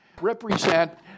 represent